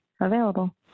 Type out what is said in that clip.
available